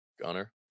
Gunner